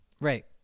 Right